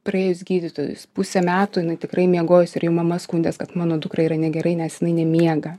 praėjus gydytojus pusę metų jinai tikrai miegojus ir jau mama skundės kad mano dukrai yra negerai nes jinai nemiega